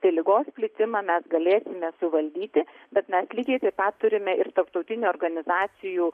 tai ligos plitimą mes galėsime suvaldyti bet mes lygiai taip pat turime ir tarptautinių organizacijų